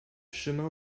chemin